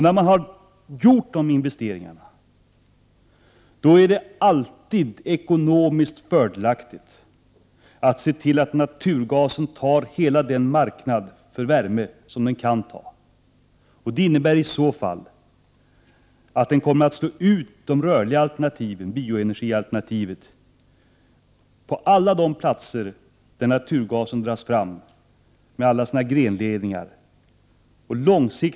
När man gjort dessa investeringar är det alltid ekonomiskt fördelaktigt att se till att naturgasen tar hela den marknad för värme som den kan ta. Det innebär i så fall att den kommer att slå ut de rörliga alternativen, bioenergialternativet, på alla de platser där naturgasen med alla sina grenledningar dras fram.